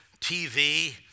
TV